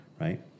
right